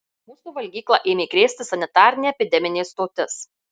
mūsų valgyklą ėmė krėsti sanitarinė epideminė stotis